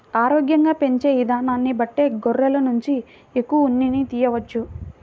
ఆరోగ్యంగా పెంచే ఇదానాన్ని బట్టే గొర్రెల నుంచి ఎక్కువ ఉన్నిని తియ్యవచ్చు